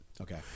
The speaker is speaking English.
Okay